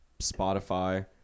Spotify